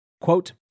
Quote